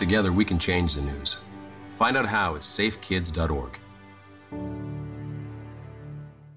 together we can change the news find out how it's safe kids dot org